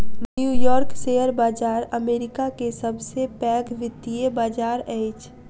new York share बाजार America के सब से पैघ वित्तीय बाजार अछि